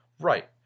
Right